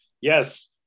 yes